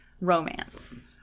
romance